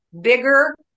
bigger